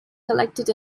collected